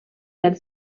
had